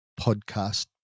podcast